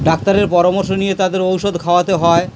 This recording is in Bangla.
ডাক্তারের পরামর্শ নিয়ে তাদের ঔষধ খাওয়াতে হয়